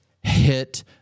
hit